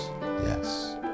yes